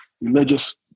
religious